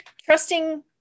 trusting